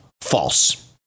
false